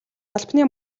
албаны